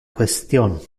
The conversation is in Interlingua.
question